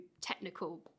technical